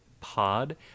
Pod